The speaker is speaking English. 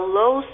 low